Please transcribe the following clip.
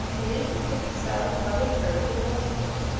named from cooking sour clabbered curd to the melting point.